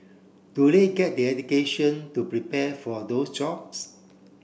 do they get the education to prepare for those jobs